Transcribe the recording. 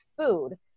food